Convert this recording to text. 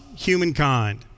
humankind